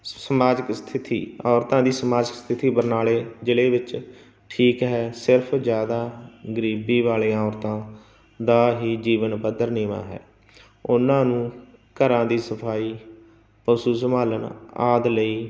ਸਮਾਜਿਕ ਸਥਿਤੀ ਔਰਤਾਂ ਦੀ ਸਮਾਜ ਸਥਿਤੀ ਬਰਨਾਲੇ ਜ਼ਿਲ੍ਹੇ ਵਿੱਚ ਠੀਕ ਹੈ ਸਿਰਫ ਜ਼ਿਆਦਾ ਗਰੀਬੀ ਵਾਲੀਆਂ ਔਰਤਾਂ ਦਾ ਹੀ ਜੀਵਨ ਪੱਧਰ ਨੀਵਾਂ ਹੈ ਉਹਨਾਂ ਨੂੰ ਘਰਾਂ ਦੀ ਸਫਾਈ ਪਸ਼ੂ ਸੰਭਾਲਣ ਆਦਿ ਲਈ